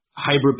Hybrid